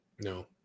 No